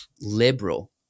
liberal